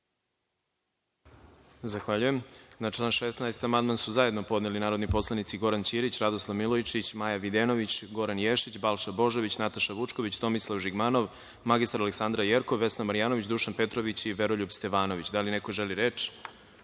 Zahvaljujem. Na član 16. amandman su zajedno podneli narodni poslanici Goran Ćirić, Radoslav Milojičić, Maja Videnović, Goran Ješić, Balša Božović, Nataša Vučković, Tomislav Žigmanom, mr Aleksandra Jerkov, Vesna Marjanović, Dušan Petrović i Veroljub Stevanović. Da li neko želi reč?